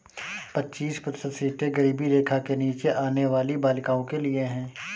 पच्चीस प्रतिशत सीटें गरीबी रेखा के नीचे आने वाली बालिकाओं के लिए है